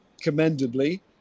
commendably